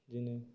बिदिनो